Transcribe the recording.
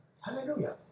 Hallelujah